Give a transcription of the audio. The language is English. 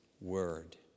word